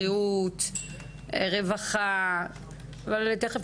בריאות רווחה ועוד.